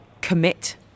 commit